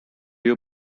they